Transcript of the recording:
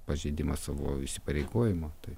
pažeidimą savo įsipareigojimo tai